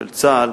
של צה"ל,